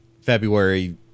February